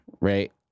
right